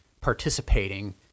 participating